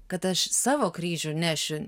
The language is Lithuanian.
kad aš savo kryžių nešiu